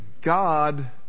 God